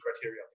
criteria